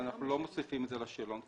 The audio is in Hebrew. אנחנו לא מוסיפים את זה לשאלון.